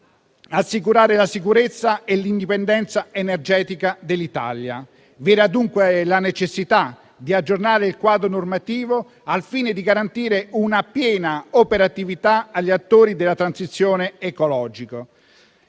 assicurare la sicurezza e l'indipendenza energetica dell'Italia. Vi era dunque la necessità di aggiornare il quadro normativo al fine di garantire una piena operatività agli attori della transizione ecologica.